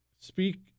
Speak